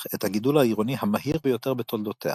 את הגידול העירוני המהיר ביותר בתולדותיה.